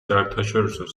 საერთაშორისო